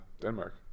Denmark